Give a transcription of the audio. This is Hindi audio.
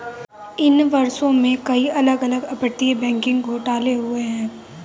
इन वर्षों में, कई अलग अलग अपतटीय बैंकिंग घोटाले हुए हैं